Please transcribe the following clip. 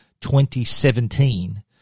2017